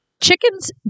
chickens